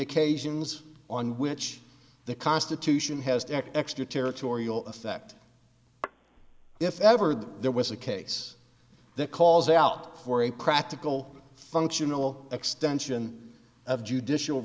occasions on which the constitution has extraterritorial effect if ever there was a case that calls out for a practical functional extension of judicial